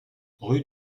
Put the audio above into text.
rue